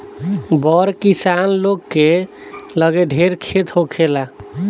बड़ किसान लोग के लगे ढेर खेत होखेला